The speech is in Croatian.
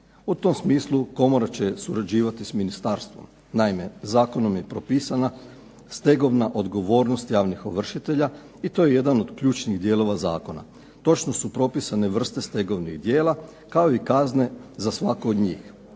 U tom smislu komora će surađivati s ministarstvom. Naime zakonom je propisana stegovna odgovornost javnih ovršitelja i to je jedan od ključnih dijelova zakona. Točno su propisane vrste stegovnih djela, kao i kazne za svako od njih.